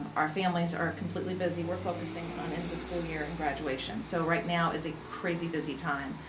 um our families are completely busy, we're focusing on end of the school year and graduation, so right now it's a crazy busy time.